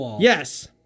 yes